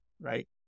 right